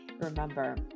Remember